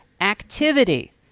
activity